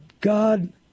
God